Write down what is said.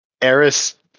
Eris